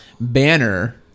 banner